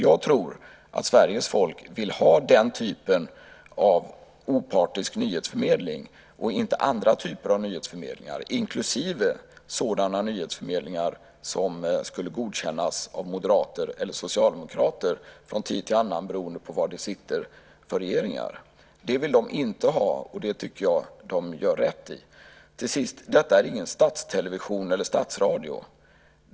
Jag tror att Sveriges folk vill ha den typen av opartisk nyhetsförmedling och inte andra typer av nyhetsförmedlingar, inklusive sådana som skulle godkännas av moderater eller socialdemokrater från tid till annan, beroende på regering. Det vill de inte ha. Det tycker jag att de gör rätt i. Detta är ingen statstelevision eller statsradio.